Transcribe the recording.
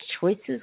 choices